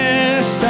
Yes